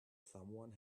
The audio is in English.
someone